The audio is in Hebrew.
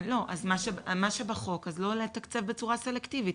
מה שבחוק, לא לתקצב בצורה סלקטיבית.